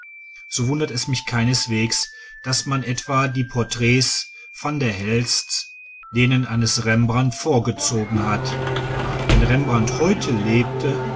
so wundert es mich keineswegs daß man etwa die porträts van der helsts denen eines rembrandt vorgezogen hat wenn rembrandt heute lebte